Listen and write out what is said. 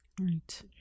Right